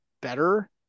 better